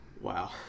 Wow